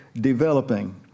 developing